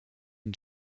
and